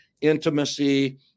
intimacy